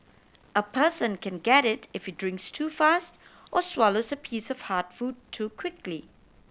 a person can get it if he drinks too fast or swallows a piece of hard food too quickly